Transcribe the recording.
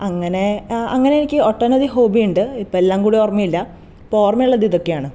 അങ്ങനെ അങ്ങനെ എനിക്ക് ഒട്ടനവധി ഹോബിയുണ്ട് ഇപ്പോൾ എല്ലാം കൂടെ ഓർമ്മയില്ല ഇപ്പോൾ ഓർമ്മയുള്ളത് ഇതൊക്കെയാണ്